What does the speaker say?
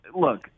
Look